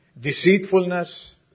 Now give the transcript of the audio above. deceitfulness